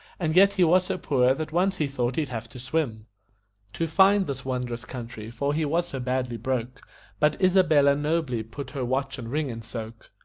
and yet he was so poor that once he thought he'd have to swim to find this wondrous country, for he was so badly broke but isabella nobly put her watch and ring in soak.